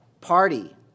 party